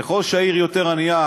ככל שהעיר יותר ענייה,